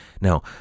Now